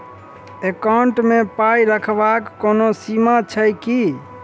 Account मे पाई रखबाक कोनो सीमा छैक की?